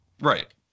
Right